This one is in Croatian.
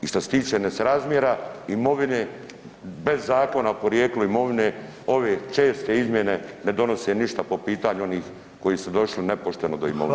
I šta se tiče nesrazmjera imovine bez Zakona o porijeklu imovine ove česte izmjene ne donose ništa po pitanju onih koji su došli nepošteno do imovine.